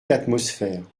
l’atmosphère